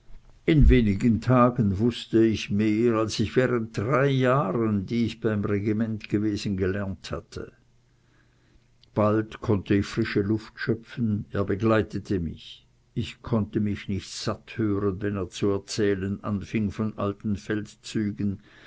in wenigen tagen wußte ich mehr als ich während drei jahren die ich beim regiment gewesen gelernt hatte bald konnte ich in seiner begleitung an die frische luft ich konnte mich nicht satt hören wenn er zu erzählen anfing von allen